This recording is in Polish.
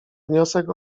wniosek